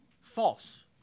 false